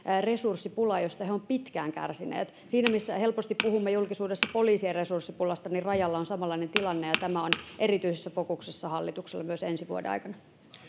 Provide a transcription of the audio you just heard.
resurssipula josta he ovat pitkään kärsineet siinä missä helposti puhumme julkisuudessa poliisien resurssipulasta niin rajalla on samanlainen tilanne ja tämä on erityisessä fokuksessa hallituksella myös ensi vuoden aikana